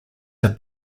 have